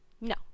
no